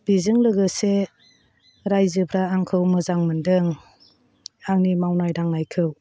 बेजों लोगोसे रायजोफ्रा आंखौ मोजां मोनदों आंनि मावनाय दांनायखौ